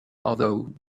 although